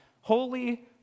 holy